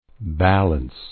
Balance